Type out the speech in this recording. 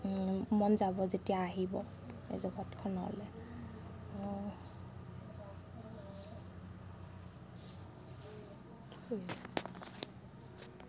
মন যাব যেতিয়া আহিব এই জগতখনলৈ